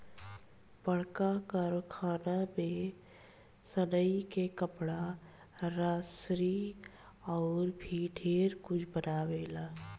बड़का कारखाना में सनइ से कपड़ा, रसरी अउर भी ढेरे कुछ बनावेला